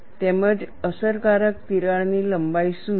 તેમજ અસરકારક તિરાડ લંબાઈ શું છે